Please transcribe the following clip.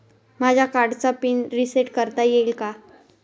माझ्या कार्डचा pin reset करता येईल का?